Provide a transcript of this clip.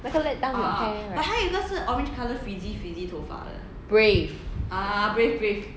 那个 let down your hair right brave